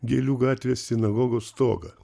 gėlių gatvės sinagogos stogą